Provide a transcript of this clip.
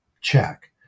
Check